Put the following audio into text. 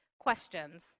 questions